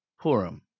purim